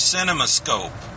Cinemascope